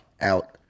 out